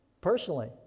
Personally